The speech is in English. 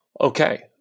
Okay